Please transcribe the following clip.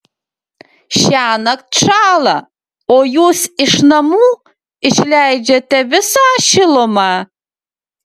šiąnakt šąla o jūs iš namų išleidžiate visą šilumą